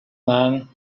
man